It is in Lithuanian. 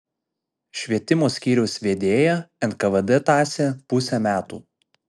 švietimo skyriaus vedėją nkvd tąsė pusę metų